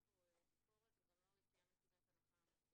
אין פה ביקורת וגם לא יציאה מנקודת הנחה מוקדמת,